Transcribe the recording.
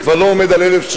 זה כבר לא עומד על 1,360,